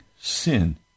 sin